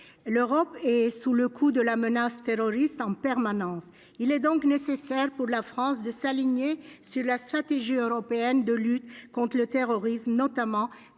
l'Europe est sous le coup de la menace terroriste en permanence, il est donc nécessaire pour la France de s'aligner sur la stratégie européenne de lutte contre le terrorisme, notamment